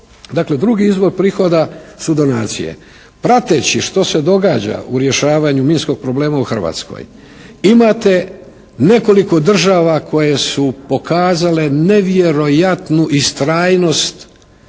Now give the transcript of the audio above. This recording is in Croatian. dakle drugi izvor prihoda su donacije. Prateći što se događa u rješavanju minskog problema u Hrvatskoj imate nekoliko država koje su pokazale nevjerojatnu ustrajnost